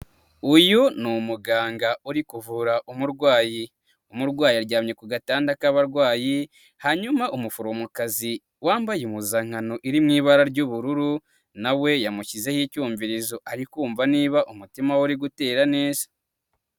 Uyu ni umuganga uri kuvura umurwayi, umurwayi aryamye ku gatanda k'abarwayi, hanyuma umuforomokazi, wambaye impuzankano iri mu ibara ry'ubururu, nawe yamushyizeho icmvirizo, arikumva niba umutima we uri gutera neza.